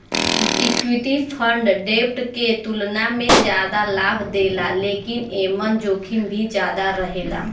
equity fund डेब्ट के तुलना में जादा लाभ देला लेकिन एमन जोखिम भी ज्यादा रहेला